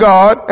God